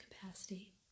capacity